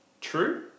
True